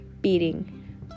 beating